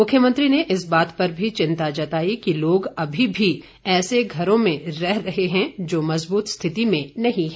मुख्यमंत्री ने इस बात पर भी चिंता जताई कि लोग अभी भी ऐसे घरों में रह रहे हैं जो मजबूत स्थिति में नही हैं